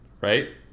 right